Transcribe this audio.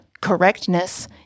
correctness